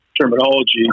terminology